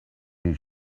his